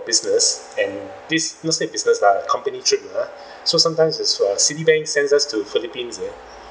business and this not say business lah company trip lah uh so sometimes is uh Citibank sends us to philippines you see